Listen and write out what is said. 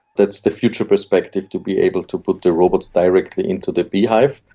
that's the future perspective, to be able to put the robots directly into the beehive.